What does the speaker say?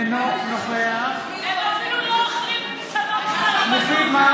אינו נוכח מופיד מרעי,